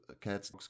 cats